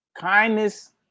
Kindness